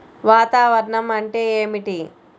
వాతావరణం అంటే ఏమిటి?